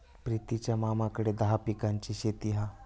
प्रितीच्या मामाकडे दहा पिकांची शेती हा